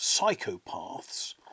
psychopaths